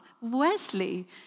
Wesley